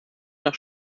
nach